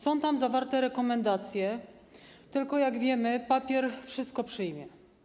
Są tam zawarte rekomendacje, ale, jak wiemy, papier wszystko przyjmie.